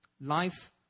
Life